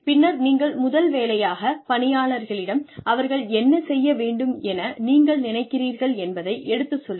பின்னர் நீங்கள் முதல் வேலையாக பணியாளர்களிடம் அவர்கள் என்ன செய்ய வேண்டும் என நீங்கள் நினைக்கிறீர்கள் என்பதை எடுத்துச் சொல்லுங்கள்